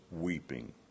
weeping